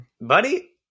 Buddy